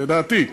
לדעתי,